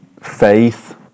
faith